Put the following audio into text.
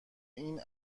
این